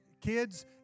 kids